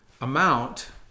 amount